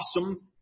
awesome